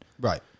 Right